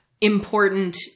important